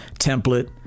template